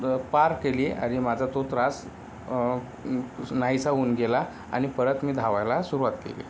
पार केली आणि माझा तो त्रास नाहीसा होऊन गेला आणि परत मी धावायला सुरवात केली